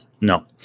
no